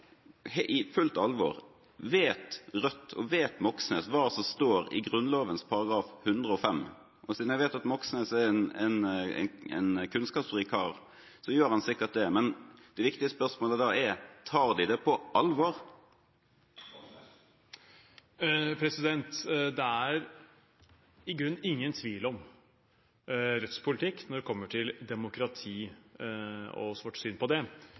i fullt alvor, Rødt og Moxnes vet hva som står i Grunnloven § 105. Siden jeg vet at Moxnes er en kunnskapsrik kar, gjør han sikkert det, men det viktige spørsmålet da er: Tar de det på alvor? Det er i grunnen ingen tvil om Rødts politikk når det kommer til demokrati og vårt syn på det.